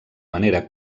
manera